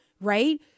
right